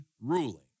ruling